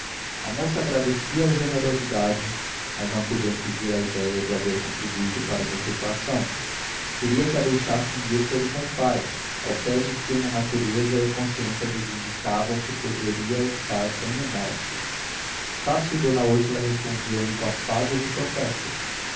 moça agradecia a generosidade mas não podia fugir à idéia de haver contribuído para uma usurpação queria que a deixassem ir ter com o pai ao pé de quem a natureza e a consciência lhe indicavam que poderia estar sem remorso estácio e d úrsula respondiam-lhe com afagos e protestos